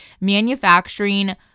manufacturing